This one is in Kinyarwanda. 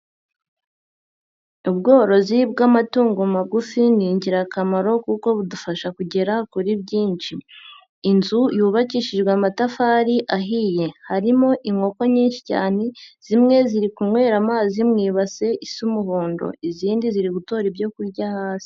Ubworozi bw'amatungo magufi ni ingirakamaro kuko budufasha kugera kuri byinshi, inzu yubakishijwe amatafari ahiye, harimo inkoko nyinshi cyane zimwe ziri kunywera amazi mu ibase isa umuhondo, izindi ziri gutora ibyo kurya hasi.